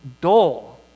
dull